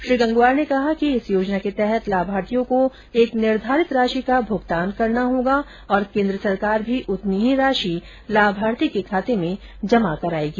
श्री गंगवार ने कहा कि इस योजना के तहत लाभार्थियों को एक निर्धारित राशि का भूगतान करना होगा और केंद्र सरकार भी उतनी ही राशि लाभार्थी के खाते में जमा कराएगी